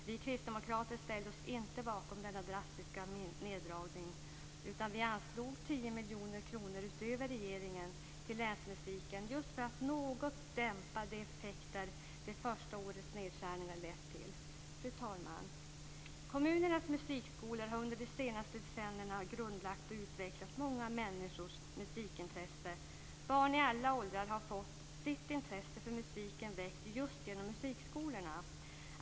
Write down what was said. Vi kristdemokrater ställde oss inte bakom denna drastiska neddragning, utan vi anvisade 10 miljoner kronor utöver regeringens förslag till länsmusiken för att något dämpa de effekter som det första årets nedskärningar lett till. Fru talman! Kommunernas musikskolor har under de senaste decennierna grundlagt och utvecklat många människors musikintresse. Barn i alla åldrar har fått sitt intresse för musiken väckt just genom musikskolorna.